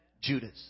judas